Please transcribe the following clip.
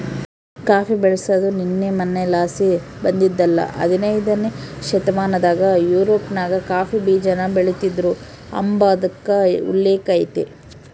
coffee ಬೆಳ್ಸಾದು ನಿನ್ನೆ ಮನ್ನೆಲಾಸಿ ಬಂದಿದ್ದಲ್ಲ ಹದನೈದ್ನೆ ಶತಮಾನದಾಗ ಯುರೋಪ್ನಾಗ ಕಾಫಿ ಬೀಜಾನ ಬೆಳಿತೀದ್ರು ಅಂಬಾದ್ಕ ಉಲ್ಲೇಕ ಐತೆ